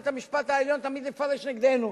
בית-המשפט העליון תמיד יפרש נגדנו.